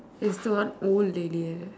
is what old lady eh